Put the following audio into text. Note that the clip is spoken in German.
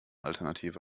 alternative